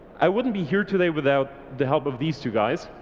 i wouldn't be here today without the help of these two guys.